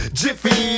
jiffy